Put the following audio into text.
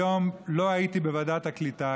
היום לא הייתי בוועדת הקליטה,